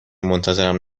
منتظرم